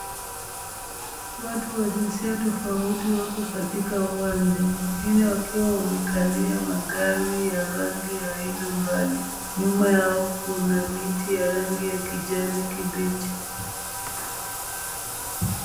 Watu wa jinsia tofauti wako katika uwanja, wengine wakiwa wamekalia magari ya rangi ya aina mbali, nyuma yao kuna miti ya rangi ya kijani kibichi